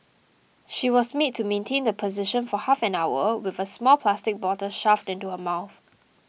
she was made to maintain the position for half an hour with a small plastic bottle shoved into her mouth